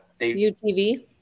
UTV